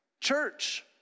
Church